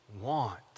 want